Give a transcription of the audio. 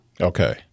Okay